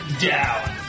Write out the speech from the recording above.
down